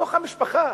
בתוך המשפחה.